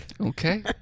okay